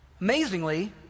Amazingly